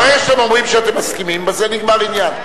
ברגע שאתם אומרים שאתם מסכימים, בזה נגמר העניין.